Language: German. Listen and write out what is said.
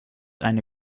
eine